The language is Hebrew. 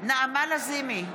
נעמה לזימי,